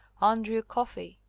andrew coffey!